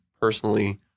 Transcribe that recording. personally